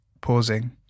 pausing